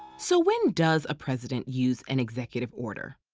so when does a president use an executive order?